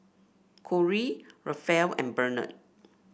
Corry Raphael and Bernard